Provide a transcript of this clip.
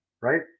right